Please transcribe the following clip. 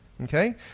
Okay